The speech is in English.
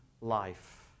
life